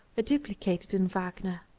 duplicated in wagner.